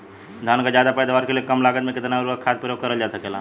धान क ज्यादा पैदावार के लिए कम लागत में कितना उर्वरक खाद प्रयोग करल जा सकेला?